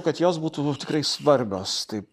kad jos būtų tikrai svarbios tai